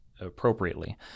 appropriately